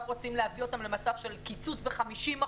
רוצים להביא אותם למצב של קיצוץ ב-50%,